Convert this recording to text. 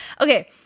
Okay